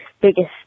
biggest